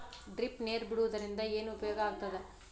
Drip ನೇರ್ ಬಿಡುವುದರಿಂದ ಏನು ಉಪಯೋಗ ಆಗ್ತದ?